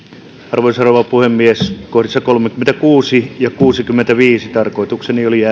arvoisa rouva puhemies kohdissa kolmekymmentäkuusi ja kuusikymmentäviisi tarkoitukseni oli